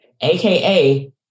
aka